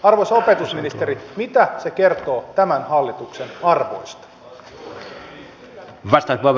arvoisa opetusministeri mitä se kertoo tämän hallituksen arvoista